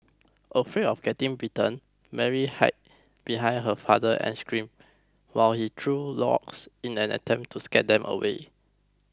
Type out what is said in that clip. afraid of getting bitten Mary hid behind her father and screamed while he threw rocks in an attempt to scare them away